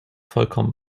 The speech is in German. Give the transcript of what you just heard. vollkommen